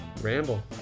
ramble